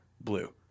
blue